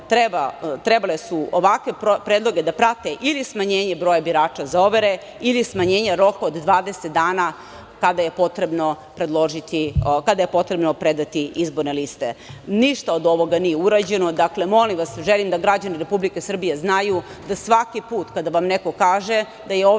trebale su ovakve predloge da prate ili smanjenje broja birača za overe ili smanjenje roka od 20 dana kada je potrebno predati izborne liste. Ništa od ovoga nije urađeno. Dakle, molim vas, želim da građani Republike Srbije znaju da svaki put kada vam neko kaže da je ovim